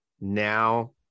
Now